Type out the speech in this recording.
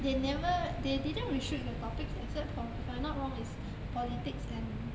they never they didn't restrict the topics except for if I'm not wrong is politics and